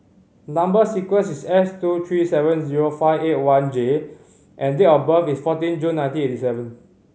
number sequence is S two three seven zero five eight one J and date of birth is fourteen June nineteen eighty seven